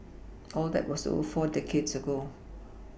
all that was over four decades ago